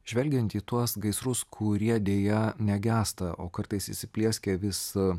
žvelgiant į tuos gaisrus kurie deja negęsta o kartais įsiplieskia vis